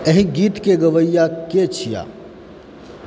एहि गीतके गवैआ के छियै